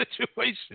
situation